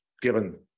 given